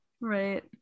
Right